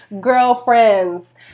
girlfriends